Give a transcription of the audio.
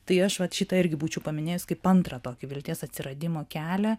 tai aš vat šitą irgi būčiau paminėjus kaip antrą tokį vilties atsiradimo kelią